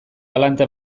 galanta